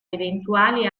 eventuali